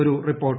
ഒരു റിപ്പോർട്ട്